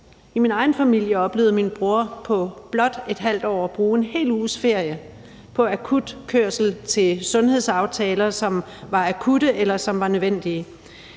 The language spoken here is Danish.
I min egen familie oplevede min bror at bruge en hel uges ferie på blot et halvt år på akut kørsel til sundhedsaftaler, som var akutte, eller som var nødvendige.